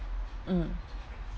mm